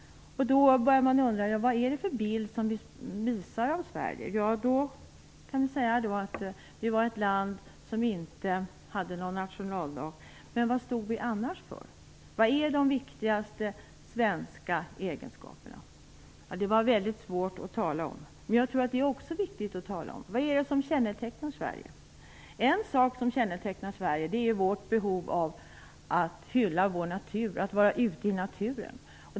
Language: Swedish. Då började man undra vad det var för bild vi visade upp av Sverige. Ja, vi var ett land som inte hade någon nationaldag, men vad stod vi för i övrigt? Vilka är det viktigaste svenska egenskaperna? Det var väldigt svårt att tala om. Jag tror ändå att det är viktigt att tala om den saken. Vad är det som kännetecknar Sverige? En sak som kännetecknar Sverige är vårt behov av att hylla vår natur, att vara ute i naturen.